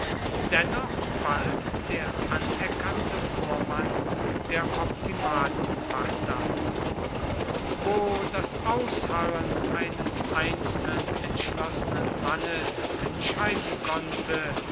dennoch bald der anerkannte vormann der optimatenpartei wo das ausharren eines einzelnen entschlossenen mannes entscheiden konnte